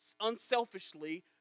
unselfishly